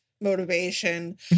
motivation